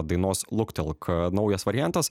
dainos luktelk naujas variantas